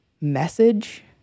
message